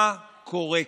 מה קורה כאן?